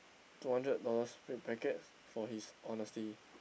two hundred dollars red packet for his honesty